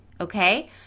okay